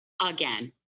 again